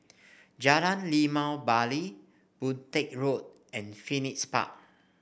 Jalan Limau Bali Boon Teck Road and Phoenix Park